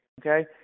okay